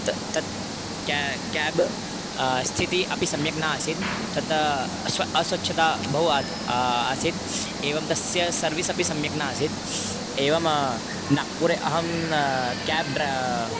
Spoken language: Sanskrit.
तत् क्या केब् स्थितिः अपि सम्यक् न आसीत् तत् स्व अस्वच्छता बहु आत् आसीत् एवं तस्य सर्विस् अपि सम्यक् न आसीत् एवं नागपुरे अहं केब् ड्रा